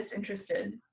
disinterested